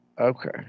Okay